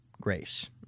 grace